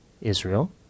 Israel